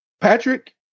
Patrick